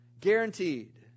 Guaranteed